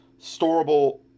storable